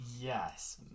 yes